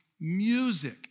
music